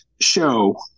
show